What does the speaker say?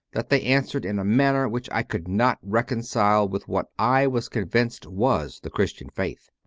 that they answered in a manner which i could not reconcile with what i was convinced was the christian faith.